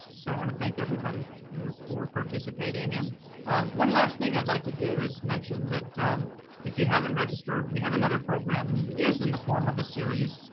so i want to thank everybody for participating. and one last thing i'd like to do is mention that if you haven't registered, we have another program. and it and is in the form of a series.